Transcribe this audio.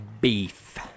beef